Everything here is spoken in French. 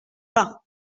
pas